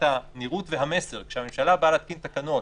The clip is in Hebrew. אם אנחנו מתייחסים ברצינות למעשה התקנת התקנות,